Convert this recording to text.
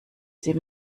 sie